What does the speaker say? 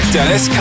Dennis